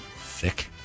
thick